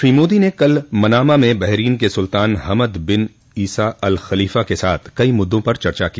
श्री मोदी ने कल मनामा में बहरीन के सुल्तान Hamad bin Isa Al Khalifa के साथ कई मुद्दों पर चर्चा की